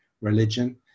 religion